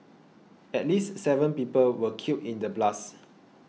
at least seven people were killed in the blasts